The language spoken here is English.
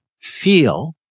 feel